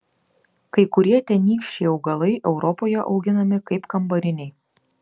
kai kurie tenykščiai augalai europoje auginami kaip kambariniai